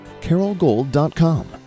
carolgold.com